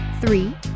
Three